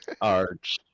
arch